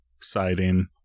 siding